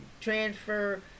transfer